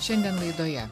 šiandien laidoje